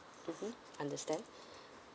mmhmm understand